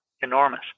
enormous